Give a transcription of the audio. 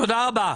תודה רבה.